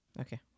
Okay